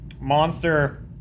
Monster